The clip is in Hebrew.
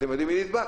אתם יודעים מי נדבק,